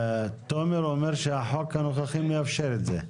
תומר אומר שהחוק הנוכחי מאפשר את זה.